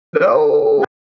No